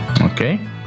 Okay